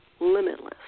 limitless